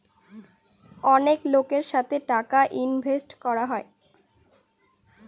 অনেক লোকের সাথে টাকা ইনভেস্ট করা হয়